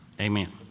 Amen